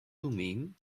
thummim